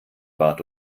bat